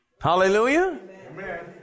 Hallelujah